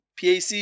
PAC